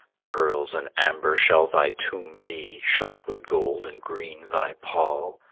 pearls and amber shall thy tomb be shot with gold and green thy pall.